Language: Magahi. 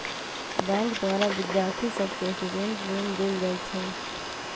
बैंक द्वारा विद्यार्थि सभके स्टूडेंट लोन देल जाइ छइ